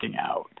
out